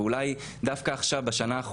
ואולי דווקא עכשיו בשנה האחרונה.